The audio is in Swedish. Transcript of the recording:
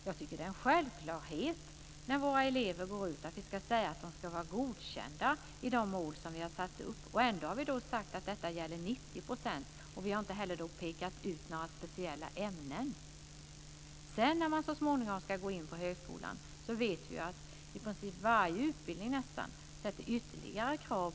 Jag tycker att det är en självklarhet att vi ska säga att våra elever när de går ut gymnasieskolan ska vara godkända enligt de mål som vi har satt upp. Ändå har vi sagt att detta gäller 90 %. Och vi har inte heller pekat ut några speciella ämnen. När eleverna sedan så småningom ska söka till högskolan så vet vi att man i princip på varje utbildning ställer ytterligare krav.